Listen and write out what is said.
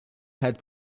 had